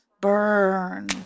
burn